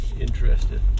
interested